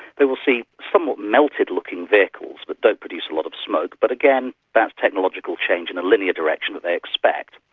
they will see somewhat melted-looking vehicles, but that don't produce a lot of smoke, but again, that's technological change in a linear direction that they expect.